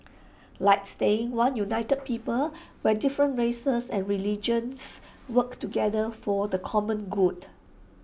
like staying one united people where different races and religions work together for the common good